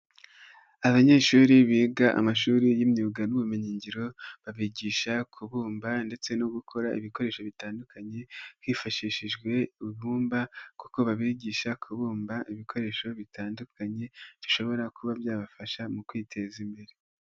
Abanyeshuri biga amashuri y'imyuga n'ubumenyingiro, babigisha kubumba ndetse no gukora ibikoresho bitandukanye, hifashishijwe ibumba kuko babigisha kubumba ibikoresho bitandukanye, bishobora kuba byabafasha mu kwiteza imbere.